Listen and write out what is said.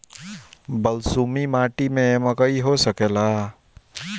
बलसूमी माटी में मकई हो सकेला?